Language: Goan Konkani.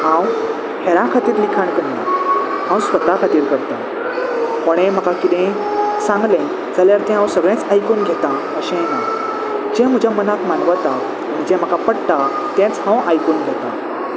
हांव हेरां खातीर लिखाण करना हांव स्वता खातीर करता कोणे म्हाका किदेंंय सांगलें जाल्यार तें हांव सगळेंच आयकून घेतता अशेंय ना जें म्हज्या मनाक मानवतानी जें म्हाका पडटा तेंच हांव आयकून घेता